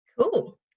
Cool